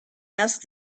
asked